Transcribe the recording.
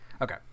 okay